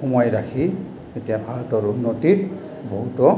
সোমোৱাই ৰাখি এতিয়া ভাৰতৰ উন্নতিত বহুতো